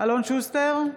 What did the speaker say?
אלון שוסטר,